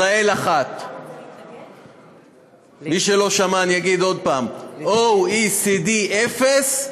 ישראל, 1. מי שלא שמע אני אגיד עוד פעם: OECD, 0,